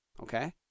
okay